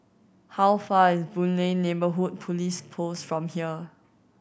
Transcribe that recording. how far is Boon Lay Neighbourhood Police Post from here